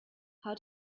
how